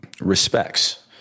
respects